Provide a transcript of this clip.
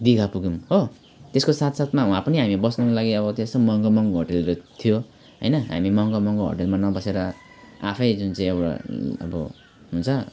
दिघा पुग्यौँ हो त्यसको साथ साथमा वहाँ पनि हामी बस्नको लागि अब त्यहाँ सब महँगो महँगो होटेलहरू थियो होइन हामी महँगो महँगो होटेलमा नबसेर आफैँ जुन चाहिँ एउटा अब हुन्छ